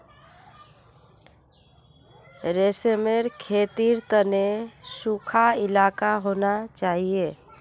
रेशमेर खेतीर तने सुखा इलाका होना चाहिए